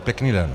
Pěkný den.